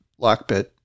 Lockbit